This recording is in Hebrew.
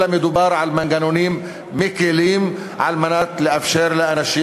אלא מדובר על מנגנונים מקלים על מנת לאפשר לאנשים